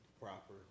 proper